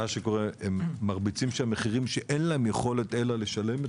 הם מרביצים שם מחירים שאין להם יכולת אלא לשלם,